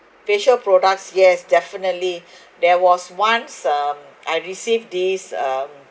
facial products yes definitely there was once um I received this um